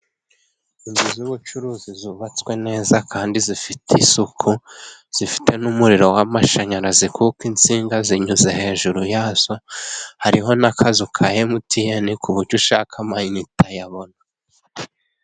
Inzu z'ubucuruzi zubatswe neza, kandi zifite isuku zifite n'umuriro w'amashanyarazi, kuko insinga zinyuze hejuru yazo, hariho n'akazu ka emutiyeni ku buryo ushaka amayinite ayabona.